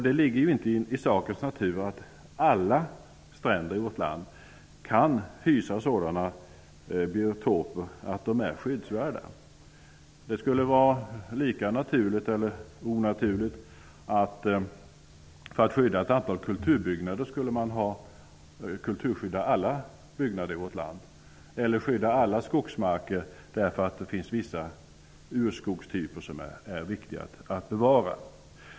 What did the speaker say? Det ligger i sakens natur att inte alla stränder i vårt land kan hysa sådana biotoper att de är skyddsvärda. Det skulle vara lika onaturligt att man för att skydda ett antal kulturbyggnader skulle kulturskydda alla byggnader i vårt land, eller att man skulle skydda alla skogsmarker därför att det finns vissa urskogstyper som det är viktigt att bevara.